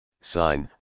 sign